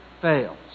fails